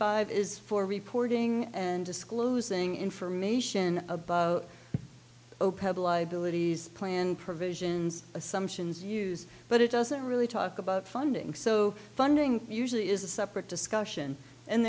five is for reporting and disclosing information about opeth a liability plan provisions assumptions use but it doesn't really talk about funding so funding usually is a separate discussion and